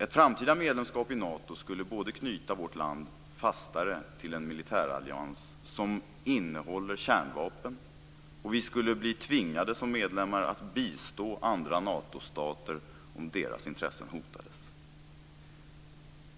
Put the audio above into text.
Ett framtida medlemskap i Nato skulle knyta vårt land fastare till en militärallians som innehåller kärnvapen, och vi skulle som medlemmar bli tvingade att bistå andra Natostater, om deras intressen hotades.